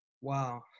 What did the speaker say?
Wow